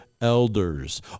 elders